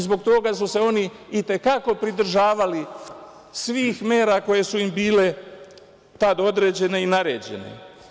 Zbog toga su se oni i te kako pridržavali svih mera koje su im bile tad određene i naređene.